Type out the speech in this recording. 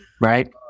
Right